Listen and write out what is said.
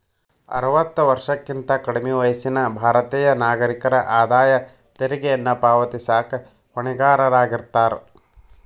ಅರವತ್ತ ವರ್ಷಕ್ಕಿಂತ ಕಡ್ಮಿ ವಯಸ್ಸಿನ ಭಾರತೇಯ ನಾಗರಿಕರ ಆದಾಯ ತೆರಿಗೆಯನ್ನ ಪಾವತಿಸಕ ಹೊಣೆಗಾರರಾಗಿರ್ತಾರ